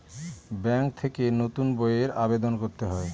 bank থেকে নতুন বইয়ের আবেদন করতে হয়